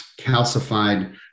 calcified